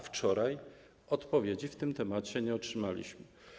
Wczoraj odpowiedzi na ten temat nie otrzymaliśmy.